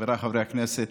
חבריי חברי הכנסת,